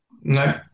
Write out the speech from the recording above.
No